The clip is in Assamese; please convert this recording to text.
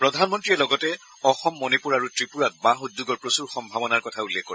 প্ৰধানমন্ত্ৰীয়ে লগতে অসম মণিপুৰ আৰু ত্ৰিপুৰাত বাঁহ উদ্যোগৰ প্ৰচূৰ সম্ভাৱনাৰ কথা উল্লেখ কৰে